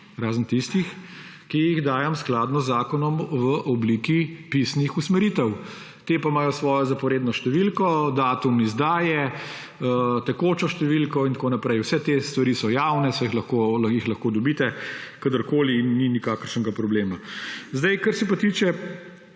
razen tistih, ki jih dajem skladno z zakonom v obliki pisnih usmeritev. Te pa imajo svojo zaporedno številko, datum izdaje, tekočo številko in tako naprej. Vse te stvari so javne, jih lahko dobite kadarkoli, ni nikakršnega problema. Kar se pa tiče